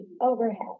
overhead